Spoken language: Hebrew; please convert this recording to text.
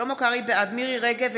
בעד מירי מרים רגב,